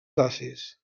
dacis